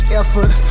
effort